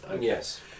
Yes